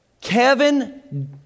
Kevin